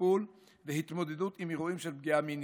טיפול והתמודדות עם אירועים של פגיעה מינית.